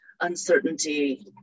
uncertainty